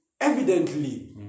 evidently